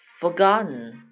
Forgotten